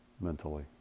mentally